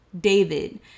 David